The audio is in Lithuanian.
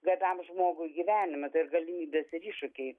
gabiam žmogui gyvenime tai ir galimybės ir iššūkiai